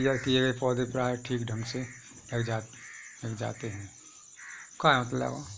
पौधशाला में तैयार किए गए पौधे प्रायः ठीक ढंग से लग जाते हैं